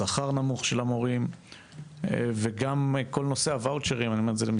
שכר נמוך של המורים וגם כל נושא --- משרד